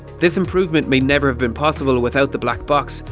this improvement may never have been possible without the black box,